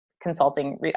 Consulting